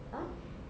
!huh!